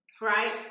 Right